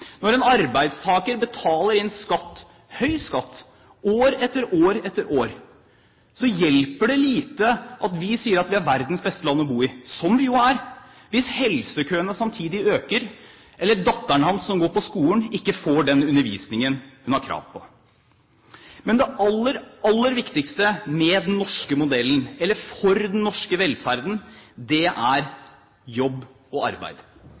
Når en arbeidstaker betaler inn skatt – høy skatt – år etter år etter år, hjelper det lite at vi sier at Norge er verdens beste land å bo i, slik det jo er, hvis helsekøene samtidig øker, eller datteren hans, som går på skolen, ikke får den undervisningen hun har krav på. Men det aller, aller viktigste med den norske modellen, eller for den norske velferden, er jobb og arbeid.